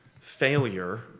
failure